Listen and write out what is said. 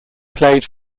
played